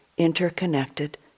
interconnected